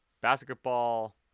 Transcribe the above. basketball